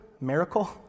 miracle